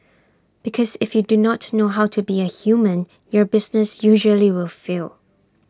because if you do not know how to be A human your business usually will fail